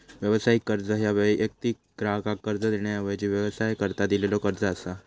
व्यावसायिक कर्ज ह्या वैयक्तिक ग्राहकाक कर्ज देण्याऐवजी व्यवसायाकरता दिलेलो कर्ज असा